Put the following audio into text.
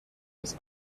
des